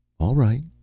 all right.